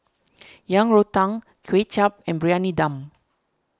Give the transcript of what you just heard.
Yang Rou Tang Kway Chap and Briyani Dum